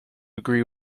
agree